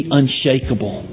unshakable